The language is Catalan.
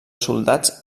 soldats